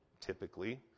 typically